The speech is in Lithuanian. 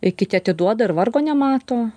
i kiti atiduoda ir vargo nemato